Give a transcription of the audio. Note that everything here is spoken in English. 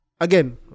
again